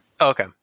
Okay